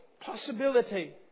possibility